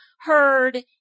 heard